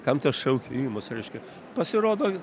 kam tas šaukimas reiškia pasirodo